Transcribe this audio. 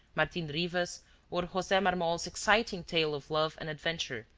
martin rivas or jose marmol's exciting tale of love and adventure,